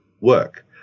work